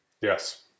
Yes